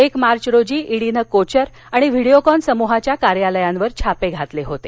एक मार्च रोजी ईडीनं कोचर आणि व्हिडीओकॉन समूहाच्या कार्यालयांवर छापे घातले होते